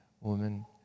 woman